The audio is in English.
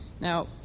now